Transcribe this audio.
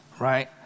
Right